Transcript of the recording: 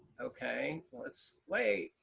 okay. let's wait.